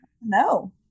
no